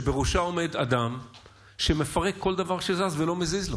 שבראשה עומד אדם שמפרק כל דבר שזז, ולא מזיז לו.